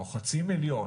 או חצי מיליון.